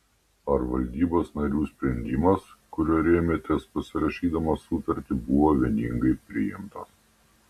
ar valdybos narių sprendimas kuriuo rėmėtės pasirašydamas sutartį buvo vieningai priimtas